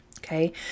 Okay